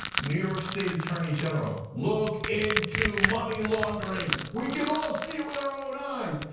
new york state attorney general, look into money laundering? we can all see it with our own eyes!